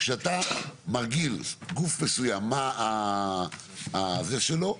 כשאתה מרגיל גוף מסוים מה הזה שלו,